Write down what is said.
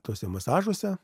tuose masažuose